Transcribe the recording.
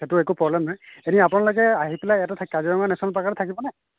সেইটো একো প্ৰব্লেম নাই এনেই আপোনালোকে আহি পেলাই ইয়াতে থাকি কাজিৰঙা নেচনেল পাৰ্কতে থাকিব নে